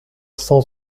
cent